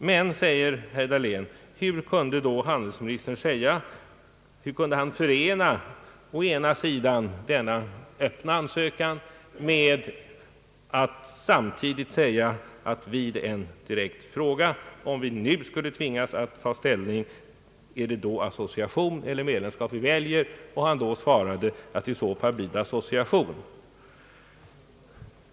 Men hur kunde handelsministern, undrar herr Dahlén, samtidigt med denna öppna ansökan säga att om vi nu skulle tvingas ta ställning och välja association eller medlemskap så blir det association.